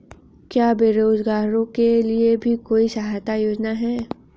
क्या बेरोजगारों के लिए भी कोई सहायता योजना है?